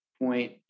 point